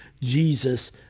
Jesus